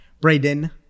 Braden